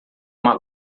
uma